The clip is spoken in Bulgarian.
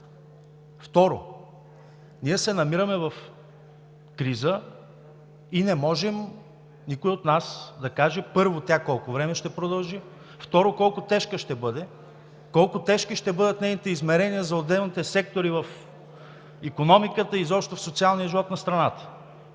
Второ, ние се намираме в криза и никой от нас не може да каже, първо, тя колко време ще продължи, второ, колко тежка ще бъде, колко тежки ще бъдат нейните измерения за отделните сектори в икономиката и изобщо в социалния живот на страната.